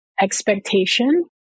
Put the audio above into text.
expectation